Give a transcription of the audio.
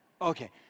Okay